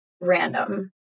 random